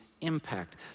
impact